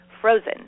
frozen